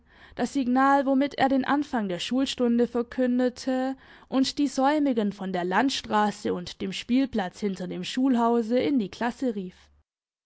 das signal womit er den anfang der schulstunde verkündete und die säumigen von der landstrasse und dem spielplatz hinter dem schulhause in die klasse rief